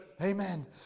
Amen